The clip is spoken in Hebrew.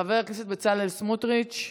חבר הכנסת בצלאל סמוטריץ'